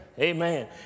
amen